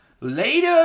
later